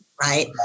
Right